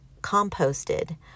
composted